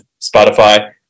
spotify